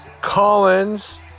Collins